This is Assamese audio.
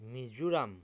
মিজোৰাম